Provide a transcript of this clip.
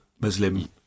Muslim